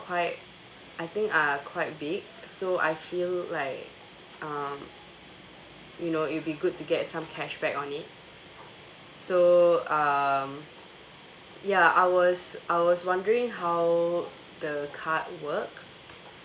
quite I think are quite big so I feel like um you know it will be good to get some cashback on it so um ya I was I was wondering how the card works